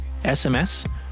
SMS